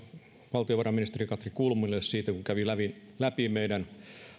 valtiovarainministeri katri kulmunille siitä kun kävi läpi meidän